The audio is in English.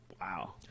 Wow